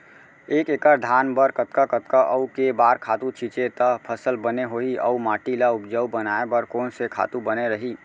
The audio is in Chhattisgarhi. एक एक्कड़ धान बर कतका कतका अऊ के बार खातू छिंचे त फसल बने होही अऊ माटी ल उपजाऊ बनाए बर कोन से खातू बने रही?